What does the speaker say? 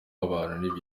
w’abantu